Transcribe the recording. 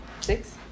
six